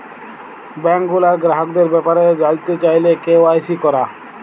bank গুলার গ্রাহকদের ব্যাপারে জালতে চাইলে কে.ওয়াই.সি ক্যরা